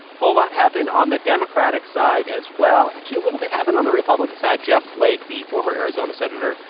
whole lot happened on the democratic side, as well. actually, a little bit happened on the republican side. jeff flake, the former arizona senator,